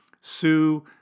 sue